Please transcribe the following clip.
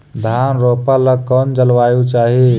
धान रोप ला कौन जलवायु चाही?